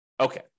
Okay